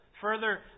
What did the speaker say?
Further